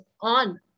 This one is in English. on